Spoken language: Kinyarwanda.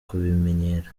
kubimenyera